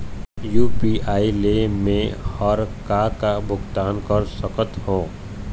UPI ले मे हर का का भुगतान कर सकत हो?